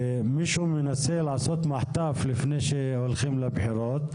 ושמישהו מנסה לעשות מחטף לפני שהולכים לבחירות.